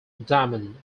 diamond